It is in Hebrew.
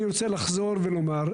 אני רוצה לחזור ולומר,